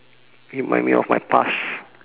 you remind me of my past